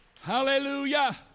Hallelujah